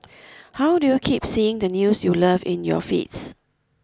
how do you keep seeing the news you love in your feeds